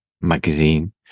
magazine